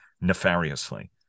nefariously